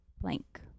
blank